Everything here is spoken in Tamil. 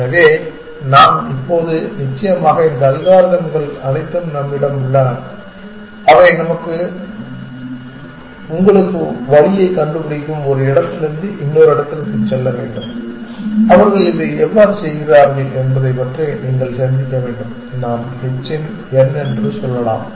எனவே இப்போது நிச்சயமாக இந்த அல்காரிதம்கள் அனைத்தும் நம்மிடம் உள்ளன அவை உங்களுக்கு வழியைக் கண்டுபிடிக்கும் ஒரு இடத்திலிருந்து இன்னொரு இடத்திற்குச் செல்ல வேண்டும் அவர்கள் இதை எவ்வாறு செய்கிறார்கள் என்பதைப் பற்றி நீங்கள் சிந்திக்க வேண்டும் நாம் h இன் n என்று சொல்லலாம்